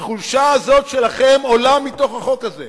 החולשה הזאת שלכם עולה מתוך החוק הזה.